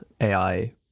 AI